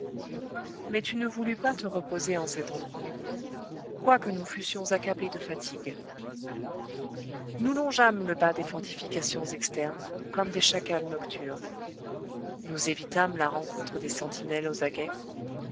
mais tu ne voulus pas te reposer en cet endroit quoique nous fussions accablés de fatigue nous longeâmes le bas des fortifications externes comme des chacals nocturnes nous évitâmes la rencontre des sentinelles aux aguets